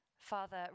Father